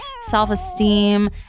self-esteem